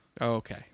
Okay